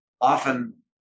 often